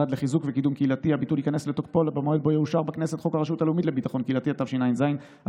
מהמשרד לחיזוק וקידום קהילתי למשרד לביטחון הפנים את